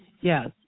Yes